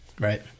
Right